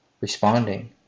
responding